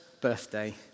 birthday